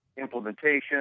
implementation